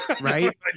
Right